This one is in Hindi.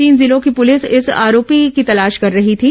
तीन जिलों की पुलिस इस आरोपी की तलाश कर रही थी